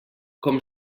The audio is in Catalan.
com